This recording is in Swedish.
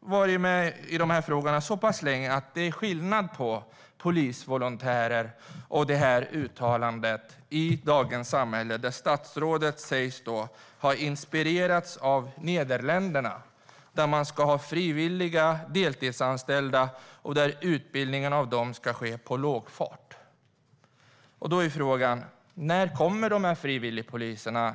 varit med i diskussionerna om dessa frågor så pass länge att jag vet att det är en skillnad i fråga om polisvolontärer och uttalandet i Dagens Samhälle där statsrådet sägs ha inspirerats av Nederländerna där man ska ha frivilliga deltidsanställda, och utbildningen av dem ska ske på låg fart. Då är frågan: När kommer dessa frivilligpoliser?